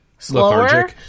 Slower